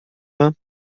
vingts